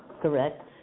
correct